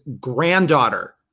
granddaughter